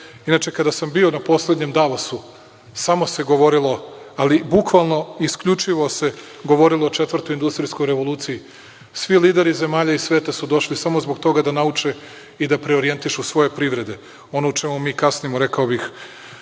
Inače, kada sam bio na poslednjem Davosu samo se govorilo, ali bukvalno isključivo se govorilo o četvrtoj industrijskoj revoluciji. Svi lideri zemalja iz sveta su došli samo zbog toga da nauče i da preorjentišu svoje privrede, ono u čemu mi kasnimo, rekao bih,